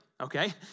okay